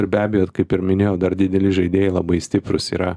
ir be abejo kaip ir minėjau dar dideli žaidėjai labai stiprūs yra